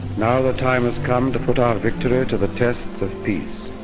now the time has come to put our victory to the tests of peace.